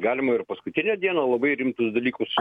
galima ir paskutinę dieną labai rimtus dalykus